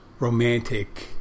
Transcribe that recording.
romantic